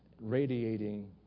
radiating